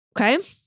Okay